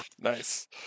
Nice